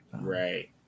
Right